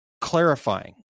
clarifying